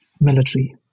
military